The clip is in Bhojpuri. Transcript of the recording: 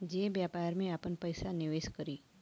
जे व्यापार में आपन पइसा निवेस करी